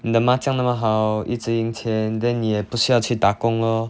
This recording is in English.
你的麻将那么好一直赢钱 then 你不需要去打工 lor